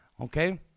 okay